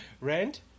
Rent